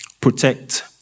protect